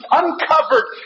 uncovered